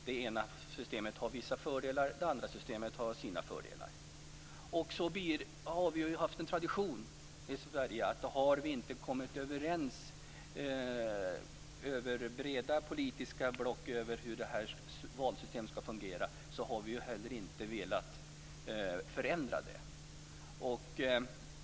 Det ena systemet har vissa fördelar medan det andra systemet har andra fördelar. Vi har ju haft en tradition i Sverige att om de politiska blocken inte har kommit överens om hur valsystemet skall fungera, har man inte förändrat det.